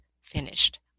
finished